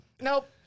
nope